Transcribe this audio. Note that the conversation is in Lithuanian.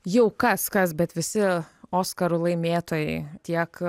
jau kas kas bet visi oskarų laimėtojai tiek